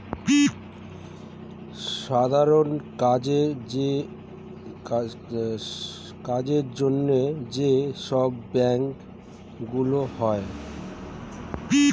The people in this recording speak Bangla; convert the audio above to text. সাধারণ কাজের জন্য যে সব ব্যাংক গুলো হয়